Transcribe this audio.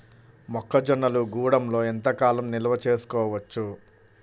మొక్క జొన్నలు గూడంలో ఎంత కాలం నిల్వ చేసుకోవచ్చు?